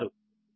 6